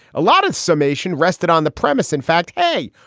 a lot of summation rested on the premise. in fact, hey,